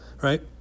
right